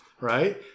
right